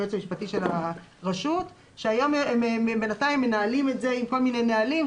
היועץ המשפטי של הרשות - שהיום בינתיים מנהלים את זה עם כל מיני נהלים,